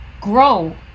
grow